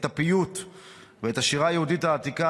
את הפיוט ואת השירה היהודית העתיקה,